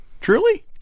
Truly